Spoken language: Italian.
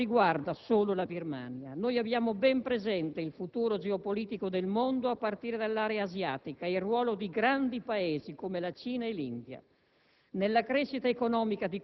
Il destino della Birmania non riguarda solo la Birmania. Noi abbiamo ben presente il futuro geopolitico del mondo a partire dall'area asiatica ed il ruolo di grandi Paesi, come la Cina e l'India.